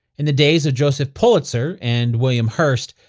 in the days of joseph pulitzer and william hearst,